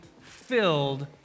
filled